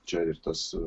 čia ir tas